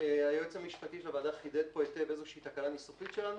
היועץ המשפטי חידד היטב תקלה ניסוחית שלנו.